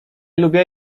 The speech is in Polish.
lubię